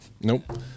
Nope